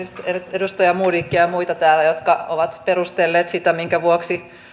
edustaja modigia ja muita jotka ovat perustelleet sitä minkä vuoksi